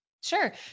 Sure